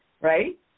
right